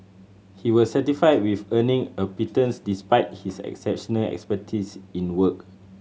he was satisfied with earning a pittance despite his exceptional expertise in work